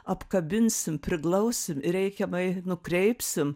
apkabinsim priglausim reikiamai nukreipsim